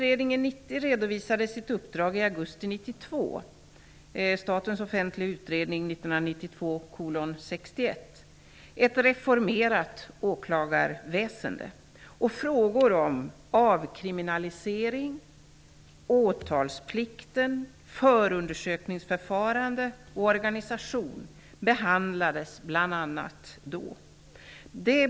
1992:61 -- Ett reformerat åklagarväsende. Frågor om avkriminalisering, åtalsplikt, förundersökningsförfarande och organisation behandlades bl.a.